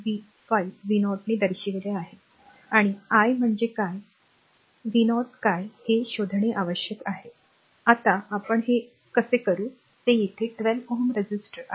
5 v0 दर्शविले आहे आणि i म्हणजे काय आणि v0 काय आहे हे शोधणे आवश्यक आहे आता आपण हे कसे करू हे येथे 12 Ω resistanceप्रतिकार आहे